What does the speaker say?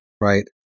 right